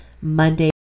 Monday